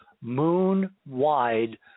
moon-wide